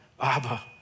Abba